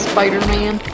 Spider-Man